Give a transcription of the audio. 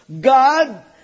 God